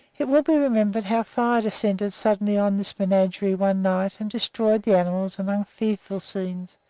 it will be remembered how fire descended suddenly on this menagerie one night and destroyed the animals amid fearful scenes.